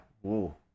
Whoa